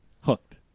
hooked